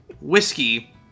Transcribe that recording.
whiskey